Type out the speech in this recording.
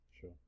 Sure